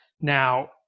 now